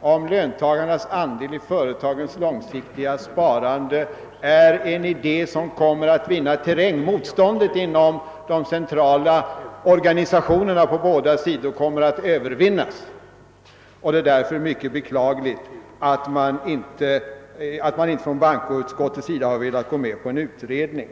om löntagarnas andel i företagens långsiktiga sparande är en idé som kommer att vinna terräng. Motståndet inom de centrala organisationerna på båda sidor kommer att övervinnas. Det är därför mycket beklagligt att bankoutskottet inte velat tillstyrka förslaget om en utredning.